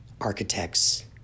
architects